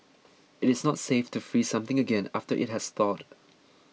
it is not safe to freeze something again after it has thawed